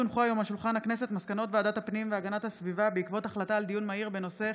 מסקנות ועדת הפנים והגנת הסביבה בעקבות דיון מהיר בהצעתם של